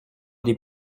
des